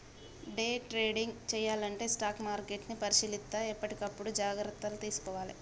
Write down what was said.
day trading చెయ్యాలంటే stock మార్కెట్ని పరిశీలిత్తా ఎప్పటికప్పుడు జాగర్తలు తీసుకోవాలే